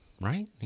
right